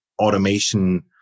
automation